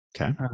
Okay